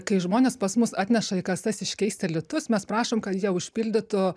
kai žmonės pas mus atneša į kasas iškeisti litus mes prašom kad jie užpildytų